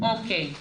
אוקיי.